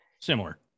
similar